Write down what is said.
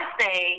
say